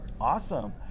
Awesome